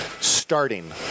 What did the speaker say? starting